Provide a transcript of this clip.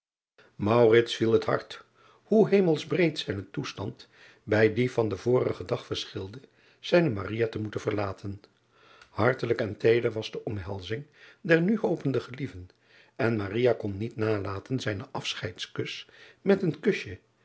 viel het hard hoe hemelsbreed zijne toestand bij dien van den vorigen dag verschilde zijne te moeten verlaten artelijk en teeder was de omhelzing der nu hopende gelieven en kon niet nalaten zijnen afscheidskus met een kusje